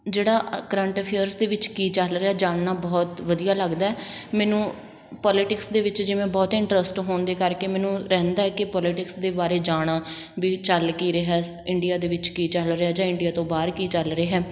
ਜਿਹੜਾ current affairs ਦੇ ਵਿੱਚ ਕੀ ਚੱਲ ਰਿਹਾ ਜਾਣਨਾ ਬਹੁਤ ਵਧੀਆ ਲੱਗਦਾ ਮੈਨੂੰ ਪੋਲੀਟਿਕਸ ਦੇ ਵਿੱਚ ਜਿਵੇਂ ਬਹੁਤ ਇੰਟਰਸਟ ਹੋਣ ਦੇ ਕਰਕੇ ਮੈਨੂੰ ਰਹਿੰਦਾ ਹੈ ਕਿ ਪੋਲੀਟਿਕਸ ਦੇ ਬਾਰੇ ਜਾਣਾਂ ਵੀ ਚੱਲ ਕੀ ਰਿਹਾ ਇੰਡੀਆ ਦੇ ਵਿੱਚ ਕੀ ਚੱਲ ਰਿਹਾ ਜਾਂ ਇੰਡੀਆ ਤੋਂ ਬਾਹਰ ਕੀ ਚੱਲ ਰਿਹਾ